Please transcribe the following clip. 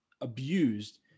abused